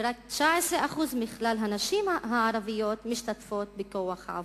ורק 19% מכלל הנשים הערביות משתתפות בכוח העבודה.